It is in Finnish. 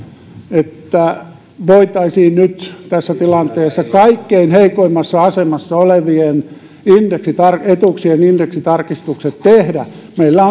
että voitaisiin nyt tässä tilanteessa kaikkein heikoimmassa asemassa olevien etuuksien indeksitarkistukset tehdä meillä